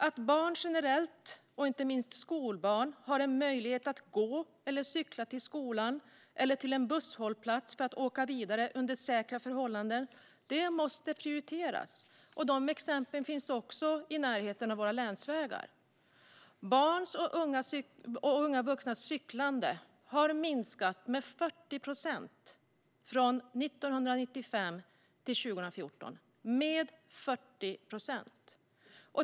Att barn generellt och inte minst skolbarn har en möjlighet att gå eller cykla till skolan eller till en busshållplats för att åka vidare under säkra förhållanden måste prioriteras. Sådana exempel finns i närheten av våra länsvägar. Barns och unga vuxnas cyklande har minskat med 40 procent från 1995 till 2014 - med 40 procent!